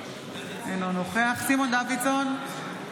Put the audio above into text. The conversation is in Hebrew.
אינו נוכח סימון דוידסון,